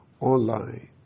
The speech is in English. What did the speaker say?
online